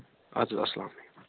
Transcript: اَدٕ حظ اَسَلام علیکُم